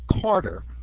Carter